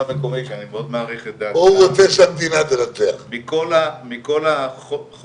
גוש דן ברור שזה מגיע פחות על חשבון